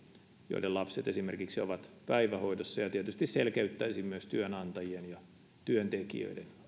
joiden lapset esimerkiksi ovat päivähoidossa ja tietysti selkeyttäisi myös työnantajien ja työntekijöiden